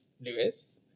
Lewis